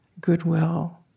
goodwill